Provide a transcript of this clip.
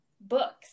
books